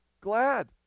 glad